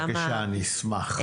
בבקשה, אני אשמח.